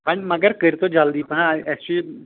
وۄنۍ مگر کٔرۍ تو جلدی پہم اسہِ چھُ یہِ